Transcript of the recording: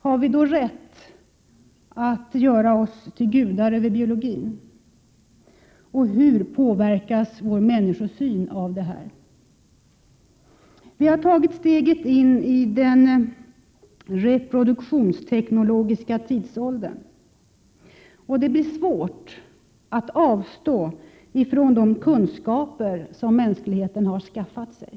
Har vi då rätt att göra oss till gudar över biologin? Hur påverkas vår människosyn av detta? Vi har tagit steget in i den reproduktionsteknologiska tidsåldern. Det blir svårt att avstå från de kunskaper som mänskligheten skaffat sig.